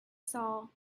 saw